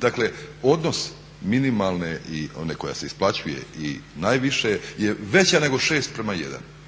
dakle odnos minimalne i one koja se isplaćuje i najviše je veća nego 6:1. Ja dolazim